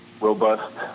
robust